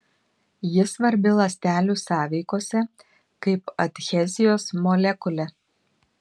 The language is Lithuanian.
ji svarbi ląstelių sąveikose kaip adhezijos molekulė